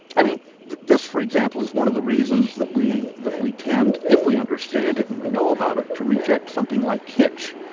i mean this, for example, is one of the reasons that we that we tend, if we understand it and we know about it, to reject something like kitsch.